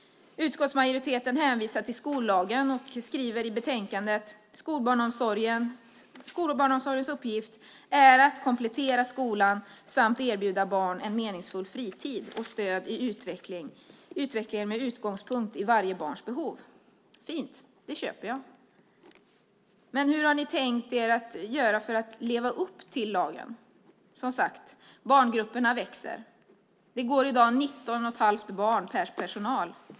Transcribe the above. Utskottsmajoriteten hänvisar till skollagen och skriver i betänkandet: "Skolbarnsomsorgens uppgift är att komplettera skolan samt erbjuda barn en meningsfull fritid och stöd i utvecklingen med utgångspunkt i varje barns behov." Det är fint; det köper jag. Men hur har ni tänkt göra för att leva upp till lagen? Barngrupperna växer som sagt. Det går i dag 19,5 barn per anställd.